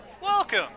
Welcome